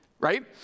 right